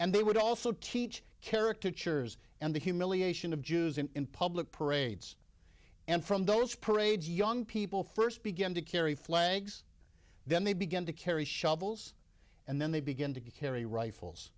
and they would also teach carrick to church and the humiliation of jews in public parades and from those parades young people first began to carry flags then they began to carry shovels and then they begin to carry rifles